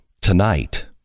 tonight